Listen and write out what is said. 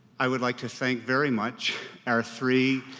i would like to thank very much our three